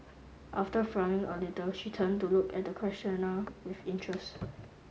after frowning a little she turned to look at the questioner with interest